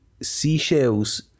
seashells